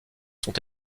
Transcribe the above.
sont